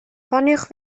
ffoniwch